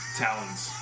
talons